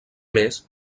més